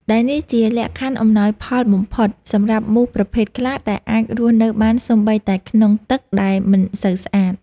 ដែលនេះជាលក្ខខណ្ឌអំណោយផលបំផុតសម្រាប់មូសប្រភេទខ្លះដែលអាចរស់នៅបានសូម្បីតែក្នុងទឹកដែលមិនសូវស្អាត។